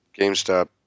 GameStop